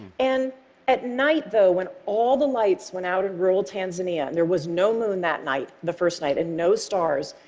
and at night, though, when all the lights went out in rural tanzania, and there was no moon that night, the first night, and no stars,